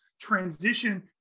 transition